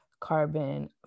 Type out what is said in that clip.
carbon